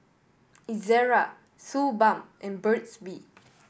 Ezerra Suu Balm and Burt's Bee